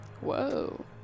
Whoa